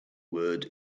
word